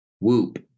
Whoop